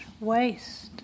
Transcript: waste